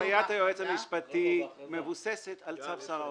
הנחיית היועץ המשפטי מבוססת על צו שר האוצר.